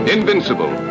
Invincible